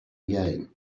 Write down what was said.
again